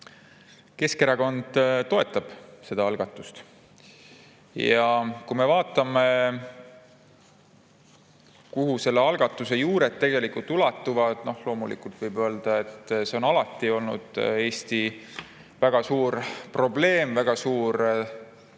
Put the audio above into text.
Keskerakond toetab seda algatust. Kui me vaatame, kuhu selle algatuse juured tegelikult ulatuvad, siis loomulikult võib öelda, et see on alati olnud Eesti väga suur probleem ja